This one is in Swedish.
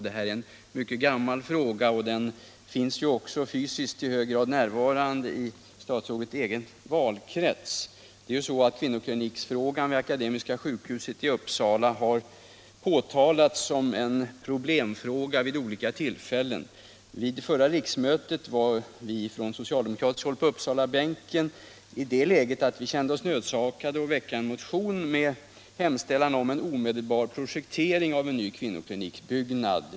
Det är en mycket gammal fråga, och den är i hög grad aktuell i statsrådets egen valkrets. Frågan om en ny kvinnoklinik vid Akademiska sjukhuset i Uppsala har vid flera tillfällen framhållits vara mycket svår. Vid förra riksmötet kände sig socialdemokraterna på Uppsalabänken nödsakade att väcka en motion med hemställan om en omedelbar projektering av en ny kvinnokliniksbyggnad.